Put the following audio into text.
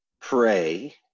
pray